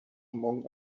among